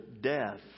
death